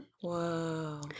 Whoa